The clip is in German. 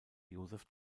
josef